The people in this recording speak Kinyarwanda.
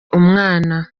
umwana